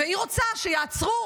והיא רוצה שיעצרו